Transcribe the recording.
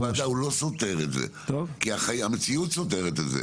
הוא לא סותר את זה, המציאות סותרת את זה.